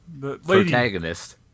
Protagonist